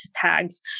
tags